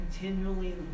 continually